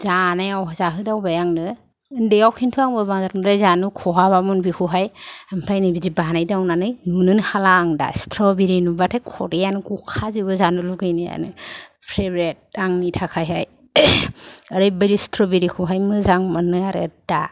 जानायाव जाहोदावबाय आंनो उन्दैयाव खिनथु आंबो बांद्राय जानो खहाबामोन बेखौहाय ओमफ्राय नै बिदि बानायदावनानै नुनो हाला आं दा स्ट्रबेरि नुबाथाय खुदैयानो गखाजोबो जानो लुगैनायानो फेबेरेट आंनि थाखायहाय ओरैबादि स्ट्रबेरिखौहाय मोजां मोनो आरो दा